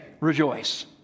rejoice